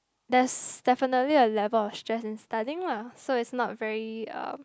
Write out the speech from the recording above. there's definitely a level of stress in studying lah so it's not very um